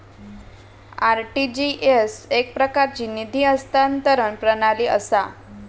RTGS एकप्रकारची निधी हस्तांतरण प्रणाली असा